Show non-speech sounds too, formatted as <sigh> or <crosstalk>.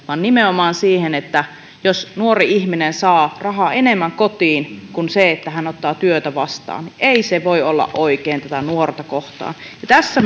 <unintelligible> vaan nimenomaan jos nuori ihminen saa rahaa enemmän kotiin kuin sillä että hän ottaa työtä vastaan niin ei se voi olla oikein tätä nuorta kohtaan ja tässä <unintelligible>